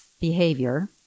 behavior